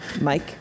Mike